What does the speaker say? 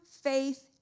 faith